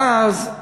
ואז,